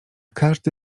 każdy